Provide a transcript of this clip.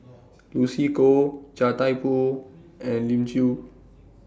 Lucy Koh Chia Thye Poh and Elim Chew